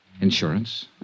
Insurance